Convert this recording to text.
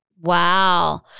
Wow